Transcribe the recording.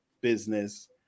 business